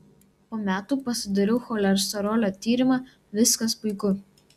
po metų pasidariau cholesterolio tyrimą viskas puiku